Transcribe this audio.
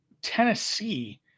Tennessee